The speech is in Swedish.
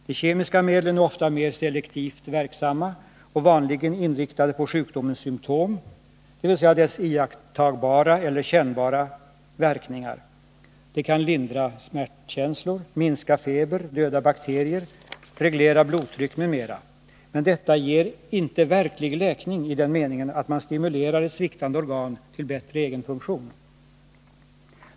De kemiska medlen är ofta mer selektivt verksamma och vanligen inriktade på sjukdomens symtom, dvs. dess iakttagbara eller kännbara verkningar. De kan lindra smärtkänslor, minska feber, döda bakterier, reglera blodtryck m.m. Men detta ger inte verklig läkning i den meningen att man stimulerar ett sviktande organ till bättre egenfunktion.